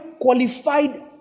qualified